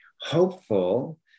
hopeful